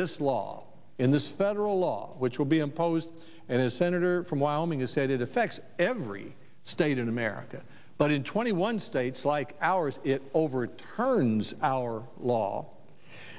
this law in this federal law which will be imposed and as senator from wyoming has said it affects every state in america but in twenty one states like ours it overturns our law